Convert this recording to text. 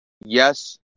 Yes